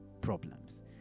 problems